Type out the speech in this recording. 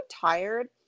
tired